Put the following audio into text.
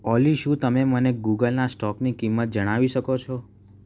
ઓલી શું તમે મને ગૂગલના સ્ટોકની કિંમત જણાવી શકો છો